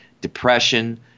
depression